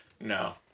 No